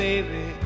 Baby